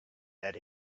that